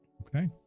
Okay